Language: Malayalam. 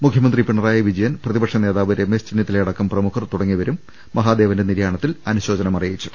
മുഖ്യമന്ത്രി പിണറായി വിജയൻ പ്രതിപക്ഷ നേതാവ് രമേശ് ചെന്നിത്തലയടക്കം പ്രമുഖർ മഹാദേവന്റെ നിര്യാണത്തിൽ അനു ശോചനം അറിയിച്ചു